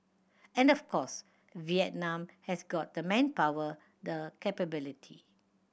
and of course Vietnam has got the manpower the capability